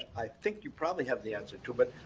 i think you probably have the answer to, but